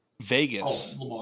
Vegas